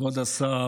כבוד השר,